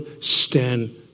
stand